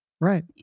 right